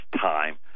time